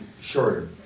shorter